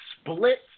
split